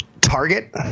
Target